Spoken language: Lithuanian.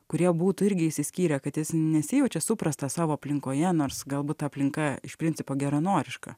kurie būtų irgi išsiskyrę kad jis nesijaučia suprastas savo aplinkoje nors galbūt ta aplinka iš principo geranoriška